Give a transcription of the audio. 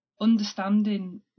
understanding